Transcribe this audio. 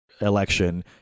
election